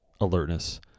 alertness